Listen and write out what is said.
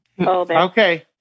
Okay